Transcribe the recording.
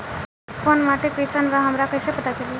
कोउन माटी कई सन बा हमरा कई से पता चली?